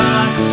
Box